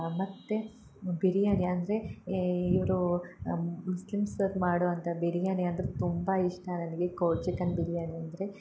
ಮತ್ತು ಬಿರಿಯಾನಿ ಅಂದರೆ ಇವರು ಮುಸ್ಲಿಮ್ಸ್ ಮಾಡೋವಂಥ ಬಿರಿಯಾನಿ ಅಂದರೆ ತುಂಬಾ ಇಷ್ಟ ನನಗೆ ಕೋಳಿ ಚಿಕನ್ ಬಿರಿಯಾನಿ ಅಂದರೆ